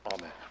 Amen